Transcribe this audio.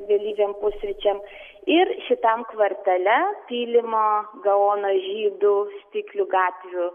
vėlyviem pusryčiam ir šitam kvartale pylimo gaono žydų stiklių gatvių